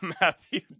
Matthew